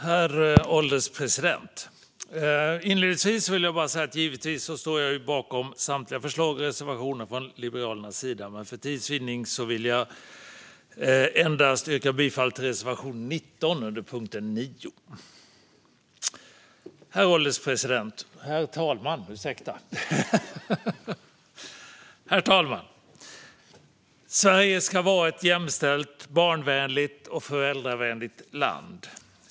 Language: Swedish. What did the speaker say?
Herr ålderspresident! Givetvis står jag bakom samtliga förslag och reservationer från Liberalerna, men för tids vinning yrkar jag bifall endast till reservation 19 under punkt 9. Herr talman! Sverige ska vara ett jämställt, barnvänligt och föräldravänligt land.